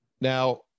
Now